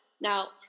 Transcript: Now